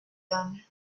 gun